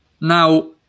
Now